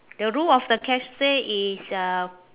the roof of the castle is uh